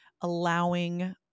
allowing